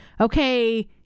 okay